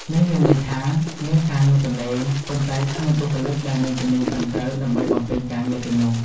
នេះមានន័យថា មានការងារទំនេរ ប៉ុន្តែគ្មានបុគ្គលិកដែលមានជំនាញត្រឹមត្រូវដើម្បីបំពេញការងារទាំងនោះ។